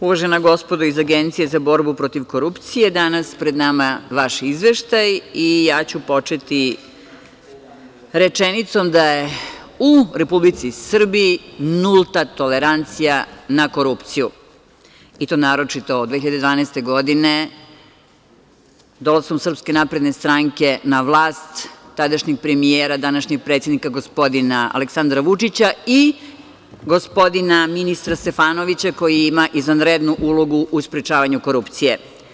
Uvažena gospodo iz Agencije za borbu protiv korupcije, danas pred nama je vaš izveštaj i počeću rečenicom da je u Republici Srbiji nulta tolerancija na korupcije i to naročito od 2012. godine, dolaskom SNS na vlast, tadašnjeg premijera, današnjeg predsednika gospodina Aleksandra Vučića i gospodina ministra Stefanovića, koji ima izvanrednu ulogu u sprečavanju korupcije.